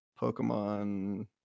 Pokemon